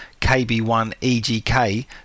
KB1EGK